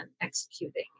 executing